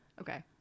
okay